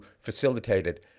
facilitated